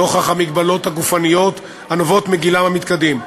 נוכח המגבלות הגופניות הנובעות מגילם המתקדם.